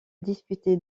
disputé